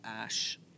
ash